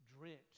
drenched